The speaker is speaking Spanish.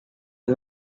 del